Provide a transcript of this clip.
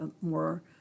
more